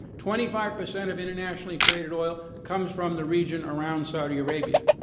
twenty five percent of internationally traded oil comes from the region around saudi arabia,